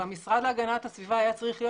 והמשרד להגנת הסביבה היה צריך להיות